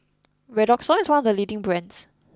Redoxon is one of the leading brands